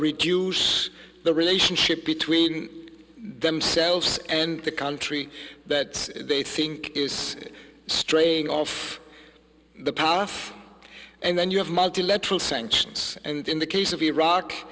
reduce the relationship between themselves and the country that they think is straying off the power and then you have multilateral sanctions and in the case of iraq